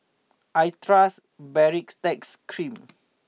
I trust Baritex Cream